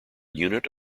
unit